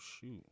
shoot